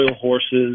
horses